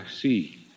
see